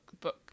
book